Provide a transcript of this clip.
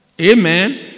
Amen